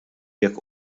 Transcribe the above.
jekk